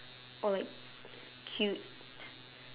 or cute